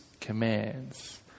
commands